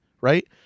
right